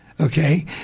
okay